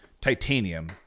Titanium